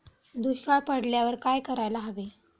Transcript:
दुष्काळ पडल्यावर काय करायला हवे?